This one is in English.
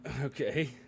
Okay